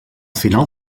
final